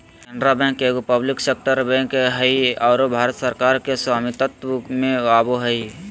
Canara bank एगो public sector bank हइ आरो भारत सरकार के स्वामित्व में आवो हइ